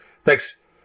thanks